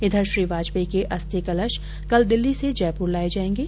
इधर श्री वाजपेयी के अस्थिकलश कल दिल्ली से जयपुर लाये जायेंगे